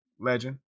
legend